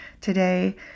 today